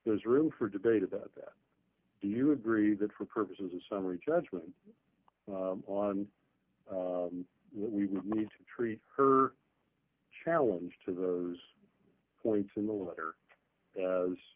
there's room for debate about that do you agree that for purposes of summary judgment on what we need to treat her challenge to those points in the letter a